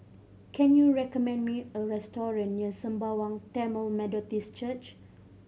can you recommend me a restaurant near Sembawang Tamil Methodist Church